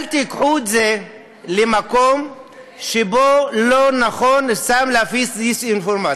אל תיקחו את זה למקום שבו לא נכון סתם להפיץ דיסאינפורמציה.